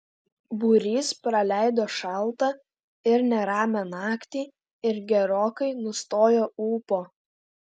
būrys praleido šaltą ir neramią naktį ir gerokai nustojo ūpo